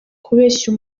kubeshya